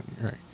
Right